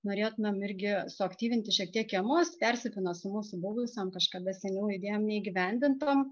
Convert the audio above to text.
norėtumėm irgi suaktyvinti šiek tiek kiemus persipina su mūsų buvusiam kažkada seniau idėjim neįgyvendintom